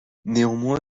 néanmoins